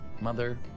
Mother